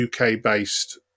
UK-based